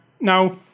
Now